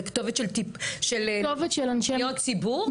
זה כתובת של פניות ציבור?